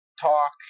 talk